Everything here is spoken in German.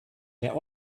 der